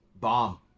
Bomb